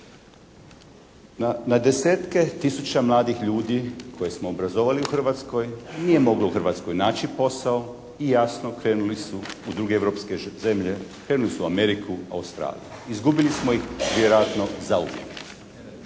Na desetke tisuća mladih ljudi koje smo obrazovali u Hrvatskoj nije moglo u Hrvatskoj naći posao i jasno krenuli su u druge europske zemlje, krenuli su u Ameriku, Australiju. Izgubili smo ih vjerojatno zauvijek.